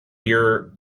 year